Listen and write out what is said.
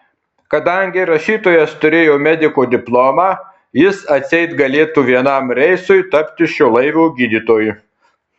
kadangi rašytojas turėjo mediko diplomą jis atseit galėtų vienam reisui tapti šio laivo gydytoju